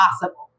possible